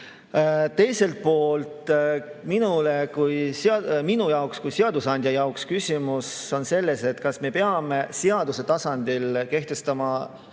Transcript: Teiselt poolt on minu kui seadusandja jaoks küsimus selles, kas me peame seaduse tasandil kehtestama